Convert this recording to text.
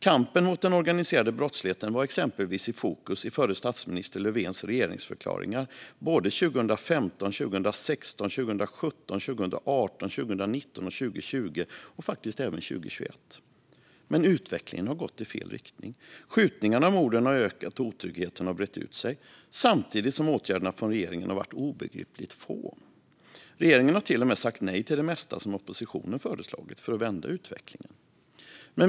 Kampen mot den organiserade brottsligheten var exempelvis i fokus i den förre statsministern Löfvens regeringsförklaringar 2015, 2016, 2017, 2018, 2019, 2020 och faktiskt även 2021. Men utvecklingen har gått i fel riktning. Skjutningarna och morden har ökat, och otryggheten har brett ut sig. Samtidigt har åtgärderna från regeringen varit obegripligt få. Regeringen har till och med sagt nej till det mesta som oppositionen föreslagit för att vända utvecklingen.